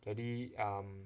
jadi um